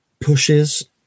pushes